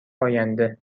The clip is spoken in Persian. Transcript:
آینده